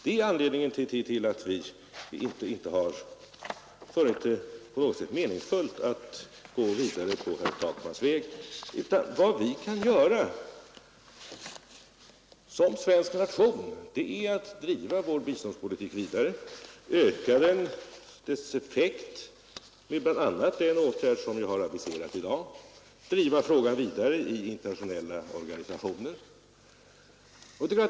Det är anledningen till att vi inte har funnit det meningsfullt att gå vidare på herr Takmans väg. Vad Sverige kan göra som nation är att driva sin biståndspolitik vidare, öka dess effekt med bl.a. den åtgärd som jag har aviserat i dag, driva frågan vidare i internationella organisationer.